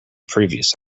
previous